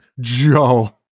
Joe